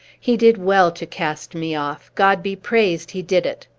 he did well to cast me off. god be praised, he did it!